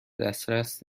دسترس